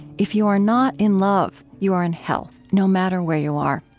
if you are not in love, you are in hell, no matter where you are.